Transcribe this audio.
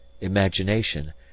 imagination